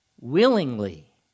willingly